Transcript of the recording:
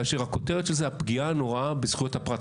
כאשר הכותרת של זה "הפגיעה הנוראה בזכויות הפרט".